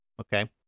Okay